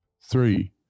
three